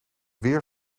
weer